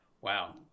wow